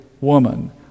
woman